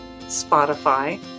Spotify